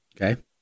Okay